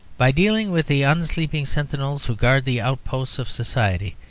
by dealing with the unsleeping sentinels who guard the outposts of society,